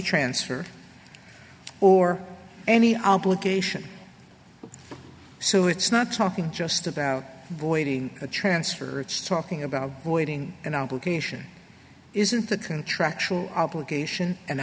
transfer or any obligation so it's not talking just about voiding a transfer it's talking about voiding an obligation isn't a contractual obligation an